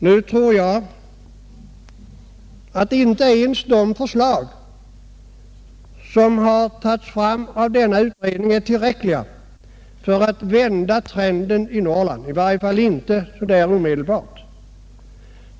Nu tror jag att inte ens de förslag som har lagts fram av denna utredning är tillräckliga för att vända trenden i Norrland, åtminstone inte omedelbart.